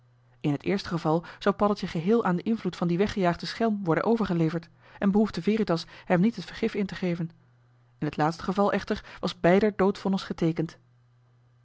in het eerste geval zou paddeltje geheel aan den invloed van dien weggejaagden schelm worden overgeleverd en behoefde veritas hem niet het vergif in te geven in het laatste geval echter was beider doodvonnis geteekend